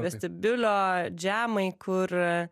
vestibiulio džemai kur